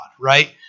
Right